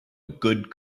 good